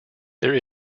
there